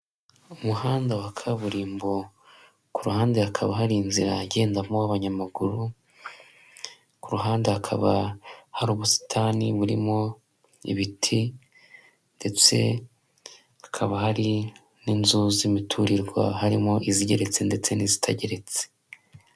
Umuhanda wa kaburimbo ku ruhande hakaba hari inzira igendwamo n'abanyamaguru ku ruhande hakaba hari ubusitani burimo ibiti ndetse hakaba hari n'inzu z'imiturirwa, harimo izigeretse ndetse n'izitageretse.